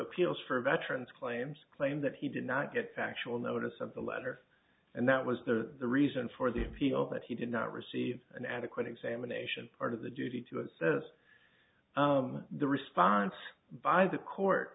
appeals for veterans claims claim that he did not get factual notice of the letter and that was the reason for the appeal that he did not receive an adequate examination part of the duty to assess the response by the court